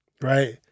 Right